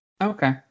Okay